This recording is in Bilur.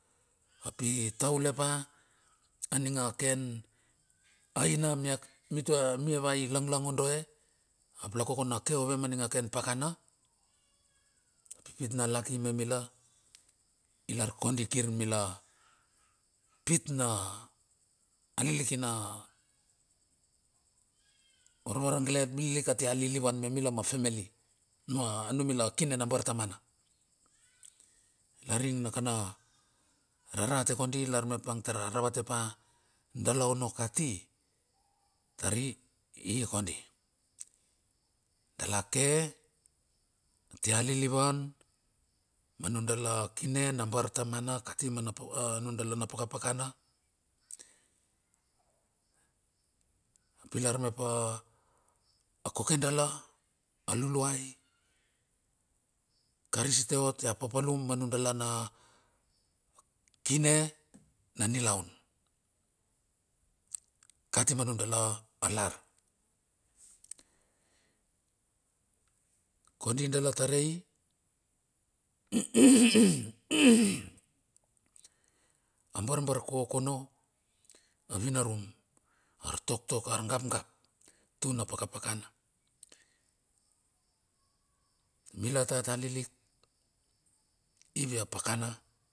Ap i taule pa aning a ken, aina mia mitua mi vai lanlango doe. Ap lakono ke ove na ning a ken pakana. I pit na laki me mila i lar kondi kir mila pit na a lilikina, varava argelep liklik atia lilivan me mila mafamili. Ma numila kine na bartamana. Laring na kana rarate kondi ilar mep ang tar a ravate pa dala ono kati. Tar i ikondi, dala ke atia lilivan, manudala kine na bartamana kati mena nudal a na pakapana. I lar mep a a kokedala, a luluai, karisito ot a papalum manudala na kine na nilaun, kati ma nudala lar. Kondi dala tar rei a borbor kokono, a vinarum ar toktok argapgap tun na pakapakana. Mila tata liklik ivia pakana.